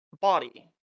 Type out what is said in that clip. body